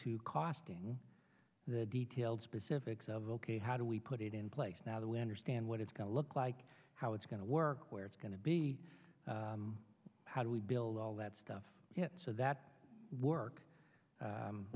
to costing the detailed specifics of ok how do we put it in place now that we understand what it's going to look like how it's going to work where it's going to be how do we build all that stuff so that work